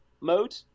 mode